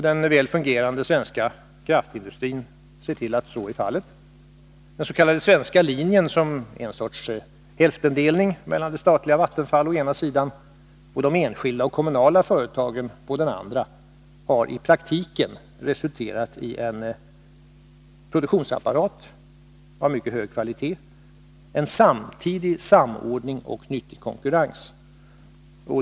Den väl fungerande svenska kraftindustrin ser till att så är fallet. Den s.k. svenska linjen, en sorts hälftendelning mellan det statliga Vattenfall å ena sidan och de enskilda och kommunala företagen å den andra, har i praktiken resulterat i en produktionsapparat av mycket hög kvalitet och samtidigt i en samordning och en nyttig konkurrens.